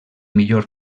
millor